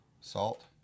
Salt